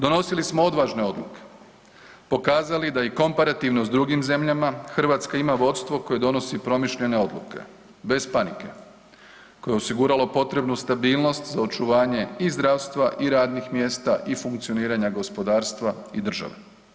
Donosili smo odvažne odluke, pokazali da i komparativno s drugim zemljama Hrvatska ima vodstvo koje donosi promišljene odluke bez panike, koje je osiguralo potrebnu stabilnost za očuvanje i zdravstva i radnih mjesta i funkcioniranja gospodarstva i države.